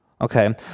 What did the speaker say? Okay